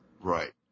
Right